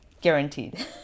guaranteed